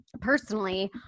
Personally